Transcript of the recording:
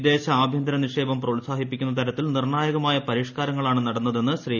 വിദേശ ആഭ്യന്തര നിക്ഷേപം പ്രോത്സാഹിപ്പിക്കുന്ന തരത്തിൽ നിർണായകമായ പരിഷ്ക്കാരങ്ങളാണ് നടന്നതെന്ന് ശ്രീ